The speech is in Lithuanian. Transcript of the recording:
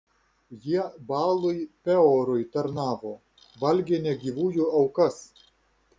jie baalui peorui tarnavo valgė negyvųjų aukas